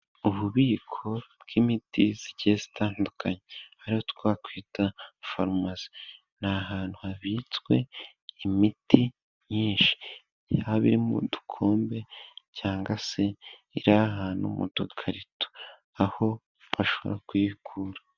Ububiko bw'imiti bugiye butandukanye, ariyo twakwita farumasi, ni ahantu habitswe imiti myinshi yaba iri mu dukombe, cyangwa se iri ahantu mu dukarito aho bashobora kuyikura.